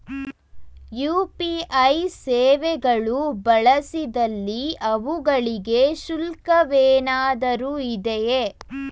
UPI ಸೇವೆಗಳು ಬಳಸಿದಲ್ಲಿ ಅವುಗಳಿಗೆ ಶುಲ್ಕವೇನಾದರೂ ಇದೆಯೇ?